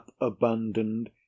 abandoned